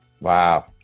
Wow